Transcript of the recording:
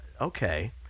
okay